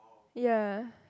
ya